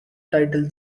title